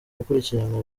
gukurikiranwa